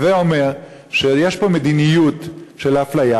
הווי אומר שיש פה מדיניות של אפליה.